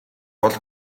бол